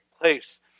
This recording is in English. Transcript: place